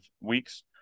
weeks